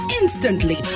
instantly